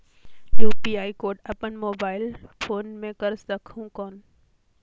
UPI code अपन mobile phone मे कर सकहुं कौन?